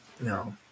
No